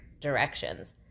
directions